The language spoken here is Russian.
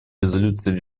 резолюции